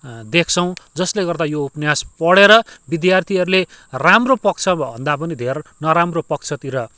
देख्छौँ जसले गर्दा यो उपन्यास पढेर विद्यार्थीहरूले राम्रो पक्षभन्दा पनि धेर नराम्रो पक्षतिर